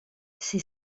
ses